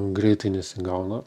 greitai nesigauna